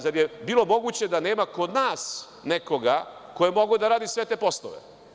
Zar je bilo moguće da nema kod nas nekoga ko je mogao da radi sve te poslove?